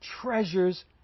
treasures